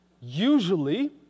Usually